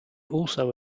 also